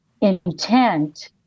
intent